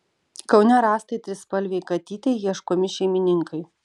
kaune rastai trispalvei katytei ieškomi šeimininkai